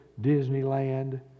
Disneyland